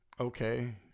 Okay